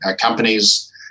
companies